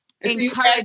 encourage